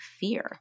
fear